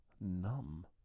numb